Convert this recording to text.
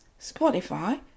Spotify